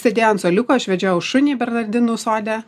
sėdėjo ant suoliuko aš vedžiojau šunį bernardinų sode